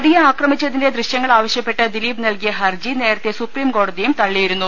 നടിയെ ആക്രമിച്ചതിന്റെ ദൃശ്യങ്ങൾ ആവശ്യപ്പെട്ട് ദിലീപ് നൽകിയ ഹർജി നേരത്തെ സുപ്രീംകോടതിയും തള്ളിയിരുന്നു